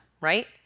right